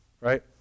right